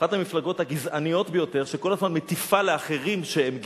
אחת המפלגות הגזעניות ביותר שכל הזמן מטיפה לאחרים שהם גזענים.